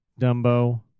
Dumbo